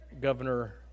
governor